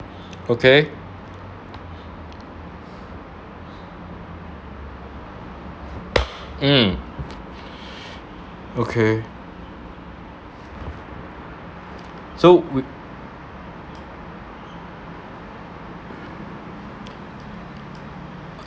okay mm okay so we